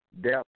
depth